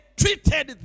treated